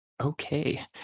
Okay